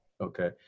Okay